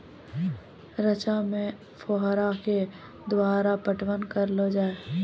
रचा मे फोहारा के द्वारा पटवन करऽ लो जाय?